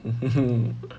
mm hmm hmm